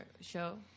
show